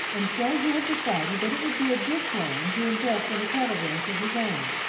and so he had decided that it would be a good plan to invest in a cattle ranch of his own,